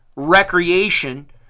Recreation